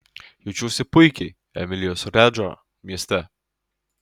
jaučiuosi puikiai emilijos redžo mieste